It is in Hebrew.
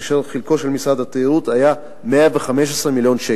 כאשר חלקו של משרד התיירות היה 115 מיליון שקל.